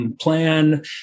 plan